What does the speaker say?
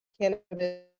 cannabis